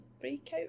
breakout